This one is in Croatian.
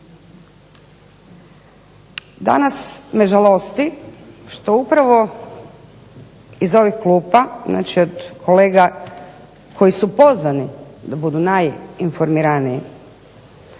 Danas me žalosti što upravo iz ovih klupa, znači od kolega koji su pozvani da budu najinformiraniji,